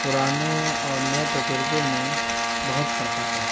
پرانے اور نئے تجربے میں بہت فرقات ہے